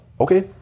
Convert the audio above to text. okay